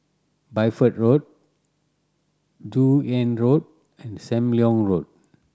Bideford Road Joon Hiang Road and Sam Leong Road